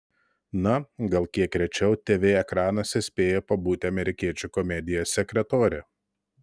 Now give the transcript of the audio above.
na gal kiek rečiau tv ekranuose spėjo pabūti amerikiečių komedija sekretorė